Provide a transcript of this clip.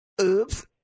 Oops